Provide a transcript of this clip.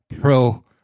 Pro